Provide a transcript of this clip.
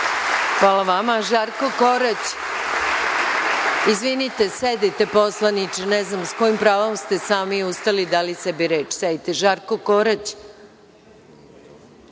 Hvala vama. Žarko Korać ima reč. Izvinite, sedite poslaniče, ne znam s kojim pravom ste sami ustali i dali sebi reč. Žarko Korać.